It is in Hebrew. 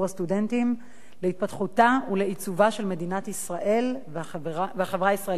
להתפתחותה ולעיצובה של מדינת ישראל והחברה הישראלית בכללותה.